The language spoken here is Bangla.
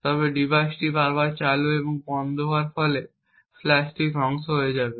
তবে ডিভাইসটি বারবার চালু এবং বন্ধ করার ফলে ফ্ল্যাশটি ধ্বংস হয়ে যাবে